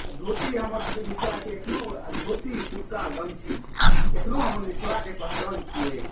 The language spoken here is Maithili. आ धोती हमर सबके मिथिलाके एखनो धोती कुरता गमछी एखनो हमर मिथिलाके पहचान छियै